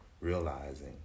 realizing